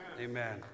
Amen